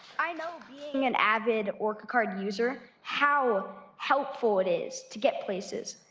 i know being an avid orca card user, how helpful it is to get places.